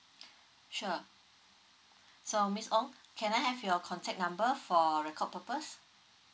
sure so miss ong can I have your contact number for record purpose